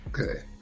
Okay